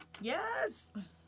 Yes